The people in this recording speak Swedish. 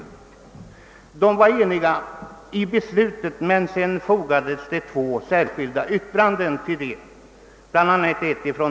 Vad avsåg nu dessa särskilda yttranden?